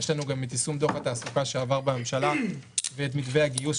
יש לנו גם את יישום דוח התעסוקה שעבר בממשלה ואת מתווה הגיוס,